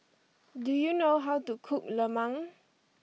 do you know how to cook Lemang